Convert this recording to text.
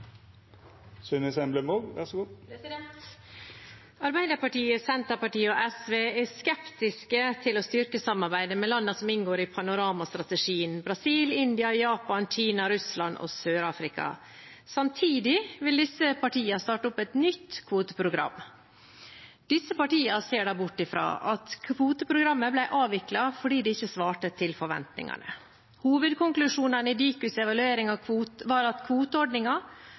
styrke samarbeidet med landene som inngår i Panorama-strategien: Brasil, India, Japan, Kina, Russland og Sør-Afrika. Samtidig vil de tre partiene starte opp et nytt kvoteprogram. Disse partiene ser da bort fra at kvoteprogrammet ble avviklet fordi det ikke svarte til forventningene. Hovedkonklusjonene i Dikus evaluering var at